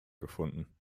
gefunden